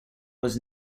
was